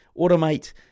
automate